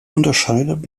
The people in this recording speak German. unterscheidet